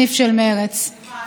ולמדתי וחקרתי בו.